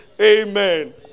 Amen